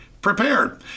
prepared